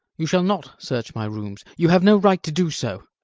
you shall not search my rooms. you have no right to do so.